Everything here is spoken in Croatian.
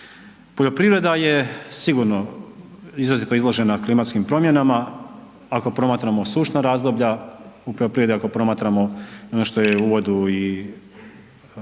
Poljoprivreda je sigurno izrazito izložena klimatskim promjenama ako promatramo sušna razdoblja, u poljoprivredi ako promatramo, nešto je u uvodu